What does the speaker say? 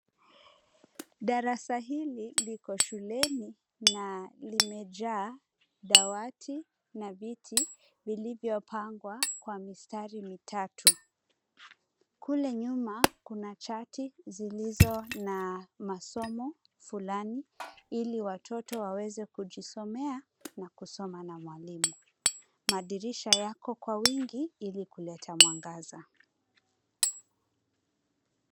Darasa hili liko shuleni na limejaa dawati na viti vilivyopangwa kwa mistari mitatu. Kule nyuma kuna chati zilizo na masomo fulani ili watoto waweze kujisomea na kusoma na mwalimu. Madirisha yako kwa wingi ili kuleta mwangaza.